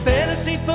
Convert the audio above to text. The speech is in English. Fantasy